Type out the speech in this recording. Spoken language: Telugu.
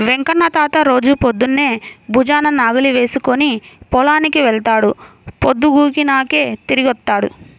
వెంకన్న తాత రోజూ పొద్దన్నే భుజాన నాగలి వేసుకుని పొలానికి వెళ్తాడు, పొద్దుగూకినాకే తిరిగొత్తాడు